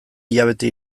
hilabete